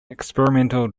experimental